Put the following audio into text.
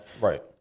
right